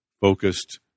focused